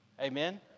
Amen